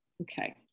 Okay